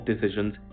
decisions